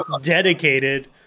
dedicated